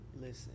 Listen